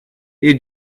you